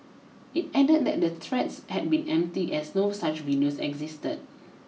it added that the the threats had been empty as no such video existed